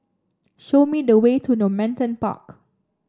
show me the way to Normanton Park